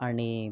आणि